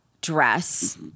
dress